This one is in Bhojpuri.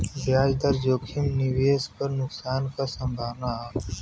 ब्याज दर जोखिम निवेश क नुकसान क संभावना हौ